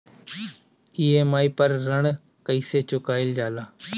EMI पर ऋण कईसे चुकाईल जाला?